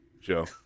Joe